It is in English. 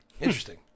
Interesting